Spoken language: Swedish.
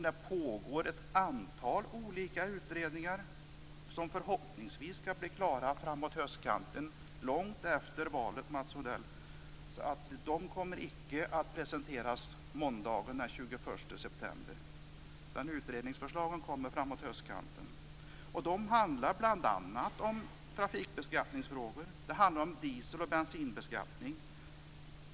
Det pågår ett antal olika utredningar som förhoppningsvis skall bli klara framåt höstkanten - långt efter valet, Mats Odell. Utredningsförslagen kommer icke att presenteras måndagen den 21 september, utan förslagen kommer framåt höstkanten. De handlar bl.a. om trafikbeskattning, diesel och bensinbeskattning.